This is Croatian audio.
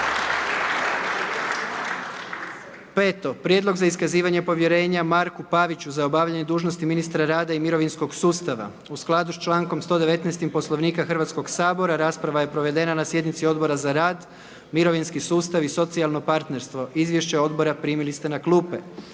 1. Prijedlog za iskazivanje povjerenja Lovri Kuščeviću za obavljanje dužnosti ministra uprave. U skladu s člankom 119. Poslovnika Hrvatskog sabora rasprava je provedena na sjednici Odbora za Ustav, Poslovnik i politički sustav. Izvješće odbora primili ste na klupe.